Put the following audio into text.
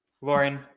Lauren